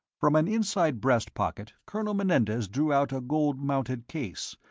from an inside breast pocket colonel menendez drew out a gold-mounted case,